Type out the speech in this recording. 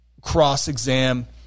cross-exam